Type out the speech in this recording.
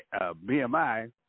BMI